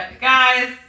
Guys